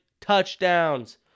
touchdowns